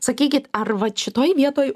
sakykit ar vat šitoj vietoj